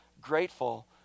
grateful